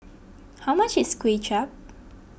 how much is Kuay Chap